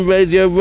Radio